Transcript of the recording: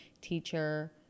teacher